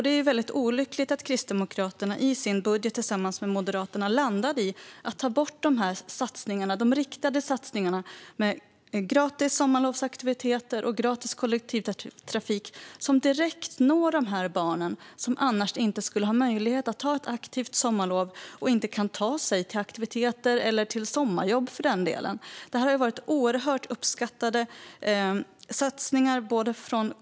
Det är olyckligt att Kristdemokraterna i sin budget tillsammans med Moderaterna landade i att ta bort de riktade satsningarna med gratis sommarlovsaktiviteter och gratis kollektivtrafik som direkt når dessa barn som annars inte skulle ha möjlighet att ha ett aktivt sommarlov genom att ta sig till aktiviteter eller sommarjobb. Det har varit oerhört uppskattade satsningar.